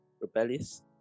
rebellious